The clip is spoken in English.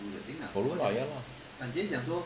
follow lah ya lah